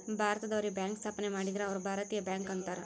ಭಾರತದವ್ರೆ bank ಸ್ಥಾಪನೆ ಮಾಡಿದ್ರ ಅವು ಭಾರತೀಯ ಬ್ಯಾಂಕ್ ಅಂತಾರ